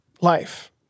life